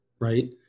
right